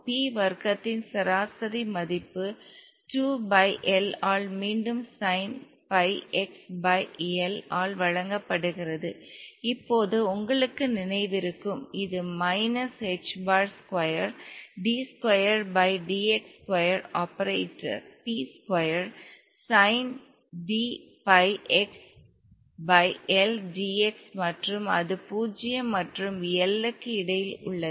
p வர்க்கத்தின் சராசரி மதிப்பு 2 பை L ஆல் மீண்டும் sine pi x by L ஆல் வழங்கப்படுகிறது இப்போது உங்களுக்கு நினைவிருக்கும் இது minus h bar square d square by dx square operator p square sine dபை x பை L dx மற்றும் அது 0 மற்றும் L க்கு இடையில் உள்ளது